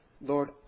Lord